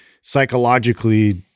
psychologically